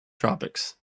tropics